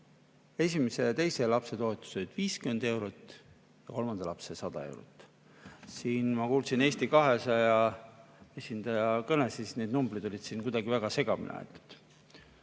esimese ja teise lapse toetus oli 50 eurot ja kolmandal lapsel 100 eurot. Siin ma kuulasin Eesti 200 esindaja kõnet, kus need numbrid olid kuidagi väga segamini aetud.